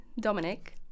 Dominic